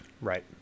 right